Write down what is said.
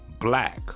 black